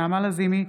נעמה לזימי,